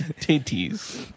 titties